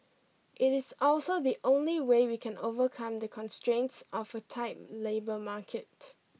it is also the only way we can overcome the constraints of a tight labour market